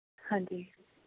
ਹਾਂਜੀ